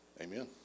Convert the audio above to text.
amen